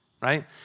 right